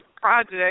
project